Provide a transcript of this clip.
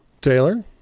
Taylor